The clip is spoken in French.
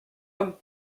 homme